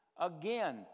...again